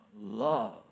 love